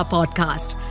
Podcast